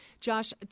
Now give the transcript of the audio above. Josh